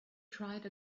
tried